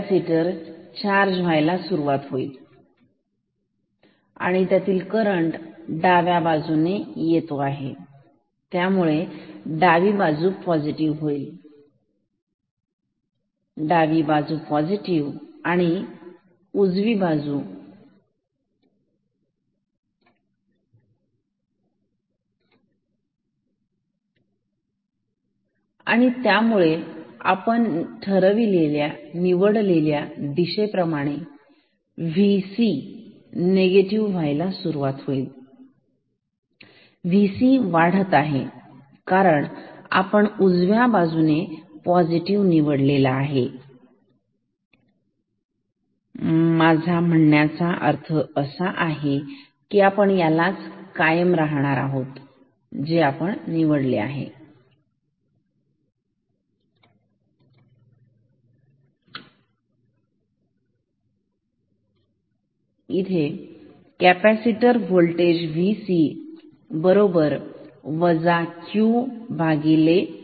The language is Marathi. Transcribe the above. तर कॅपॅसिटर C चार्ज व्हायला सुरुवात झाली आणि त्यातील करंट डाव्या बाजूने येत आहे त्यामुळे डावी बाजू पॉझिटिव होईल डावी बाजू सुद्धा पॉझिटिव होईल आणि उजव्या बाजूने निगेटिव्ह होईल ठीक त्यामुळे हीबाजू पॉझिटिव असेल आणि ही असेल निगेटिव्ह आणि त्यामुळे आपण निवडलेल्या दिशेप्रमाणे VC निगेटिव्ह व्हायला सुरुवात होईल VC वाढत आहे कारण आपण उजव्या बाजूला पॉझिटिव्ह निवडलेला आहे मला असे वाटते की आपण यालाच कायम राहणार आहोत जे निवडले ते निवडले